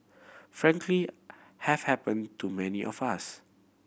frankly have happen to many of us